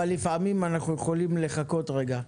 לפעמים אנחנו יכולים לחכות רגע.